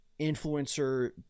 influencer